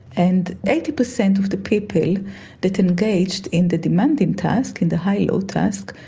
and eighty percent of the people that engaged in the demanding task, in the high load task,